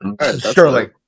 Sterling